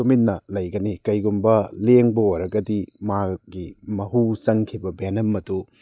ꯇꯨꯃꯤꯟꯅ ꯂꯩꯒꯅꯤ ꯀꯔꯤꯒꯨꯝꯕ ꯂꯦꯡꯕ ꯑꯣꯏꯔꯒꯗꯤ ꯃꯥꯒꯤ ꯃꯍꯨ ꯆꯪꯈꯤꯕ ꯚꯦꯅꯝ ꯑꯗꯨ